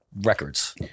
records